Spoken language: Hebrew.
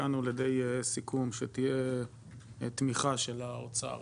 הגענו לסיכום שתהיה תמיכה של האוצר